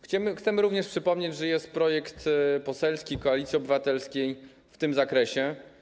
Chcemy również przypomnieć, że jest projekt poselski Koalicji Obywatelskiej w tym zakresie.